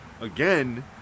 again